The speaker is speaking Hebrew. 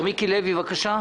מיקי לוי, בבקשה.